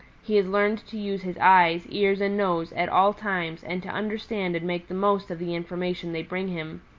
he has learned to use his eyes, ears and nose at all times and to understand and make the most of the information they bring him.